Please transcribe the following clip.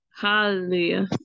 Hallelujah